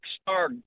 star